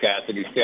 Cassidy